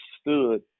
stood